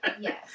Yes